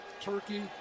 turkey